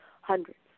hundreds